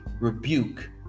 rebuke